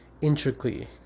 intricately